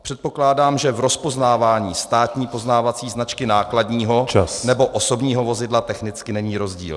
Předpokládám, že v rozpoznávání státní poznávací značky nákladního nebo osobního vozidla technicky není rozdíl.